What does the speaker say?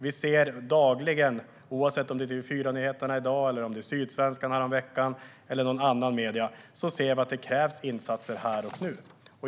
Vi ser dagligen, oavsett om det är på TV4-n yheterna i dag, i Sydsvenskan häromveckan eller i andra medier, att det krävs insatser här och nu.